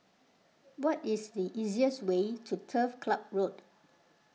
what is the easiest way to Turf Club Road